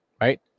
right